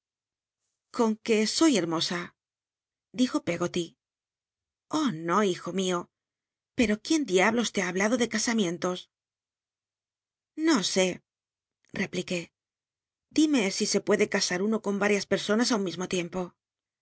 con que soy hcrmosa dijo peggoly oh no hij o mio pero quién diablos le ha hablado de casamientos no sé rcplit uó dime si se puede catiar uno con arias personus i un mismo tiempo